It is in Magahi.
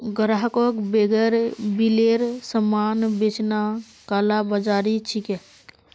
ग्राहकक बेगैर बिलेर सामान बेचना कालाबाज़ारी छिके